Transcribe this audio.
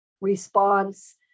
response